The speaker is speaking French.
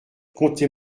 contez